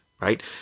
right